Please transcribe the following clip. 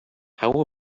how